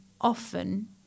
often